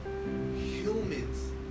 Humans